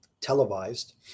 televised